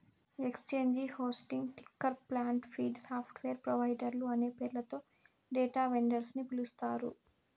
exchange hosting, ticker plant, feed, software ప్రొవైడర్లు అనే పేర్లతో డేటా వెండర్స్ ని పిలుస్తారు